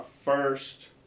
first